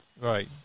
right